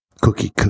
cookie